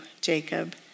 Jacob